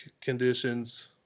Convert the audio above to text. conditions